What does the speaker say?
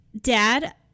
Dad